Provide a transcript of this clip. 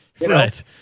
Right